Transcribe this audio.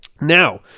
Now